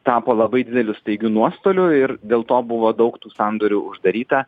tapo labai dideliu staigiu nuostoliu ir dėl to buvo daug tų sandorių uždaryta